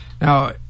Now